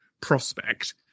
prospect